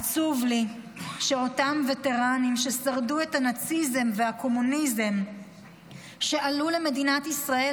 עצוב לי שאותם וטרנים ששרדו את הנאציזם והקומוניזם ועלו למדינת ישראל,